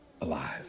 alive